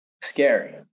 Scary